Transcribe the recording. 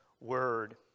word